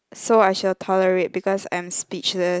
so I shall tolerate because I'm speechless